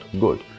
good